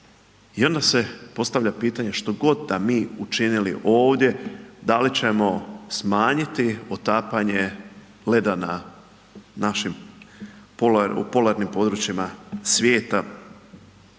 I onda se postavlja pitanje što god da mi učinili ovdje da li ćemo smanjiti otapanje leda na našim polarnim područjima svijeta,